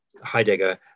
Heidegger